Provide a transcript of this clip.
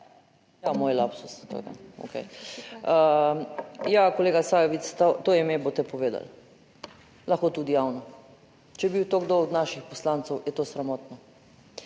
Ja, moj lapsus to. Okej. Ja, kolega Sajovic, to ime boste povedali. Lahko tudi javno. Če je bil to kdo od naših poslancev, je to sramotno.